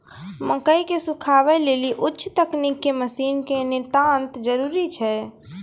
मकई के सुखावे लेली उच्च तकनीक के मसीन के नितांत जरूरी छैय?